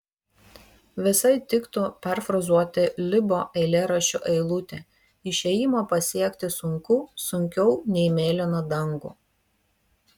visai tiktų perfrazuoti libo eilėraščio eilutę išėjimą pasiekti sunku sunkiau nei mėlyną dangų